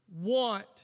want